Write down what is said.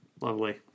Lovely